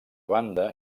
banda